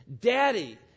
Daddy